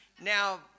now